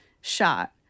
shot